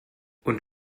und